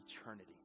eternity